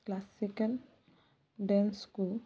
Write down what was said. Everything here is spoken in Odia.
କ୍ଲାସିକାଲ ଡ୍ୟାନ୍ସକୁ